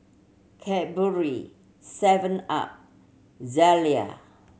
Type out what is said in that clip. Cadbury seven Up Zalia